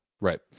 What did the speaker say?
Right